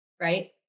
right